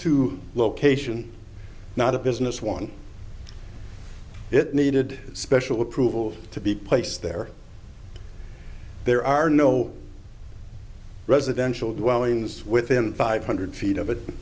two location not a business one it needed special approval to be placed there there are no residential dwellings within five hundred feet of